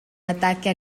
ataque